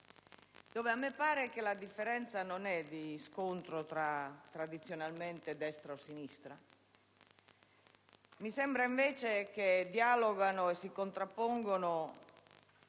A me pare che la differenza non sia lo scontro tradizionale tra destra e sinistra; mi sembra invece che dialoghino e si contrappongano